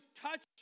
touch